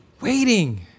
Waiting